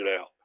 out